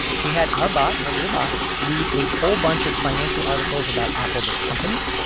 he had our bot, our little bot read a whole bunch of financial articles about apple, the company,